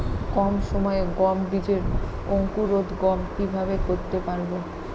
কম সময়ে গম বীজের অঙ্কুরোদগম কিভাবে করতে পারব?